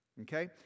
okay